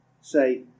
say